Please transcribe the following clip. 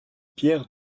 pierre